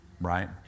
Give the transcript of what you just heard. right